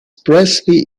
presley